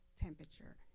temperature